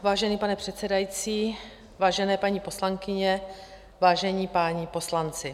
Vážený pane předsedající, vážené paní poslankyně, vážení páni poslanci.